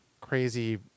Crazy